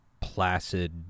placid